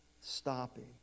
stopping